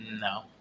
no